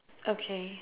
okay